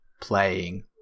playing